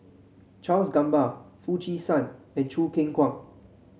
Charles Gamba Foo Chee San and Choo Keng Kwang